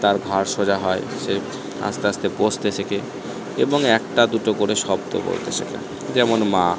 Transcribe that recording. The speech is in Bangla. তার ঘাড় সোজা হয় সে আস্তে আস্তে বসতে শেখে এবং একটা দুটো করে শব্দ বলতে শেখে যেমন মা